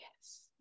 yes